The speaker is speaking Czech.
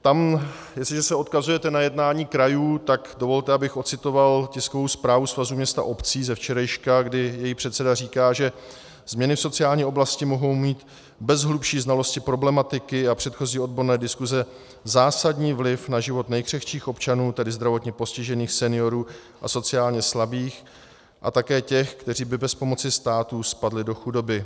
Jestliže se odkazujete na jednání krajů, tak dovolte, abych odcitoval tiskovou zprávu Svazu měst a obcí ze včerejška, kdy její předseda říká, že změny v sociální oblasti mohou mít bez hlubší znalosti problematiky a předchozí odborné diskuse zásadní vliv na život nejkřehčích občanů, tedy zdravotně postižených, seniorů a sociálně slabých a také těch, kteří by bez pomoci státu spadli do chudoby.